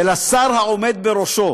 ולשר העומד בראשו